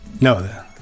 No